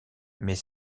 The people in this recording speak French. mais